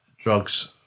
drugs